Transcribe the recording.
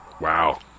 Wow